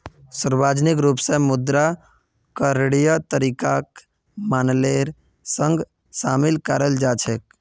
सार्वजनिक रूप स मुद्रा करणीय तरीकाक मानकेर संग शामिल कराल जा छेक